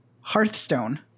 Hearthstone